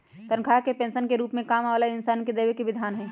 तन्ख्वाह के पैसवन के रूप में काम वाला इन्सान के देवे के विधान हई